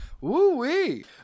Woo-wee